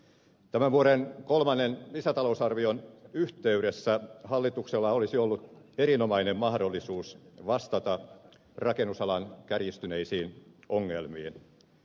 tämän vuoden kolmannen lisätalousarvion yhteydessä hallituksella olisi ollut erinomainen mahdollisuus vastata rakennusalan kärjistyneisiin ongelmiin